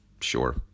sure